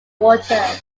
water